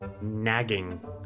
nagging